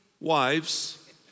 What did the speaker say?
wives